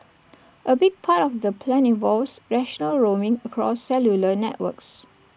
A big part of the plan involves national roaming across cellular networks